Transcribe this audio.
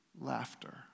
laughter